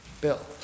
Bill